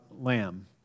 Lamb